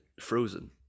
Frozen